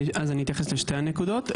אני אתייחס לשתי הנקודות.